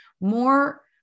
more